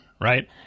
Right